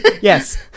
Yes